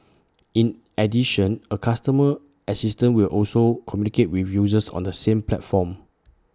in addition A customer assistant will also communicate with users on the same platforms